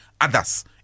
others